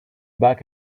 back